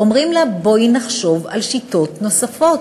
אומרים לה: בואי נחשוב על שיטות נוספות.